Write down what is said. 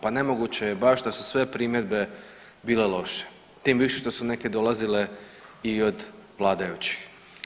Pa nemoguće je baš da su sve primjedbe bile loše, tim više što su neke dolazile i od vladajućih.